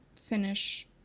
finish